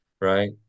right